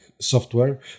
software